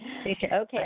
okay